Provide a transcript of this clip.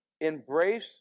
embrace